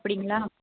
அப்படிங்களா